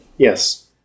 Yes